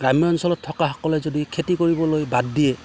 গ্ৰাম্য অঞ্চলত থকাসকলে যদি খেতি কৰিবলৈ বাদ দিয়ে